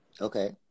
Okay